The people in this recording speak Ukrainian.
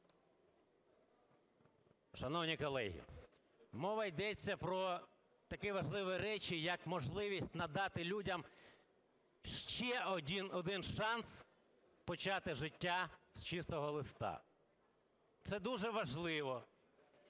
Шановні колеги, мова йде про такі важливі речі, як можливість надати людям ще один шанс почати життя з чистого листа. Це дуже важливо,